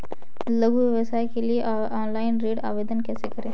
लघु व्यवसाय के लिए ऑनलाइन ऋण आवेदन कैसे करें?